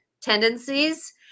tendencies